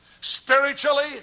Spiritually